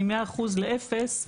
מ-100% לאפס,